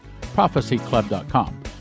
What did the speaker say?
prophecyclub.com